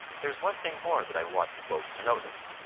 there is one thing more that i want you both to notice,